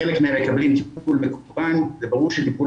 חלק מהם מקבלים טיפול מקוון וברור שטיפול